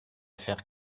faire